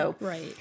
Right